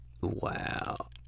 Wow